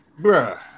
bruh